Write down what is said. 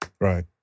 Right